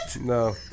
No